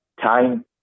time